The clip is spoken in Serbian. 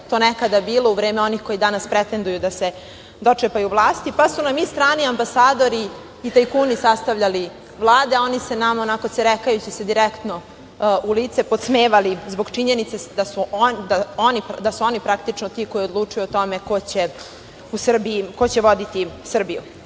to nekada bilo u vreme onih koji danas pretenduju da se dočepaju vlasti, pa, su nam i strani ambasadori i tajkuni sastavljali vlade, a oni se nama onako cerekajući se direktno u lice podsmevali da su oni praktično ti koji odlučuju o tome ko će voditi Srbiju. Tako